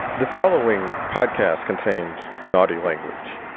the following podcast contains naughty language